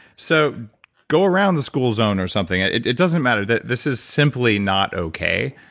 so go around the school zone or something. it doesn't matter that this is simply not okay.